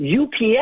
UPS